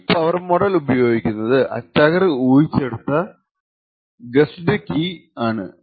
ഈ power model ഉപയോഗിക്കുന്നത് attacker ഊഹിച്ചെടുത്ത ഗെസ്ഡ് കീ ആണ്